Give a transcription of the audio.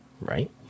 right